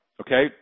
Okay